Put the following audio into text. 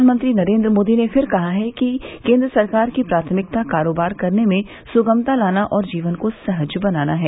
प्रधानमंत्री नरेन्द्र मोदी ने फिर कहा है कि केन्द्र सरकार की प्राथमिकता कारोबार करने में सुगमता लाना और जीवन को सहज बनाना है